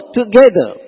together